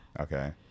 Okay